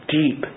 deep